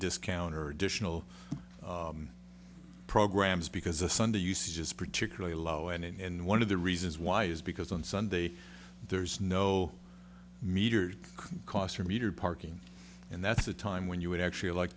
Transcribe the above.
discounter additional programs because a sunday usage is particularly low and one of the reasons why is because on sunday there's no meters cost for metered parking and that's the time when you would actually like